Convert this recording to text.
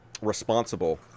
responsible